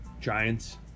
Giants